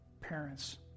parents